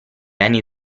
anni